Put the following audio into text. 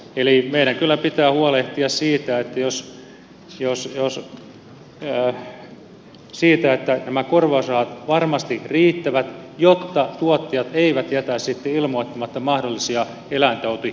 eli meidän kyllä pitää huolehtia siitä että nämä korvausrahat varmasti riittävät jotta tuottajat eivät jätä sitten ilmoittamatta mahdollisia eläintauti